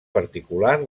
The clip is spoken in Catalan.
particular